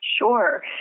Sure